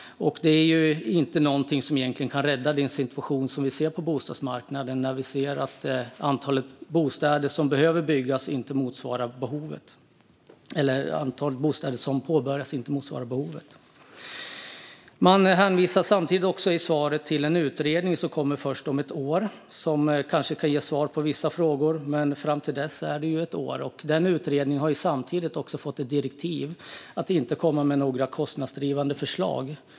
Det är inget som kan rädda den situation vi ser på bostadsmarknaden, där antalet bostäder som påbörjas inte motsvarar behovet. I svaret hänvisas också till en utredning som kommer först om ett år och som kanske kan ge svar på vissa frågor. Fram till dess är det dock ett år, och den utredningen har också fått i direktiv att inte komma med några kostnadsdrivande förslag.